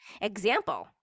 Example